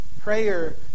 prayer